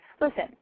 Listen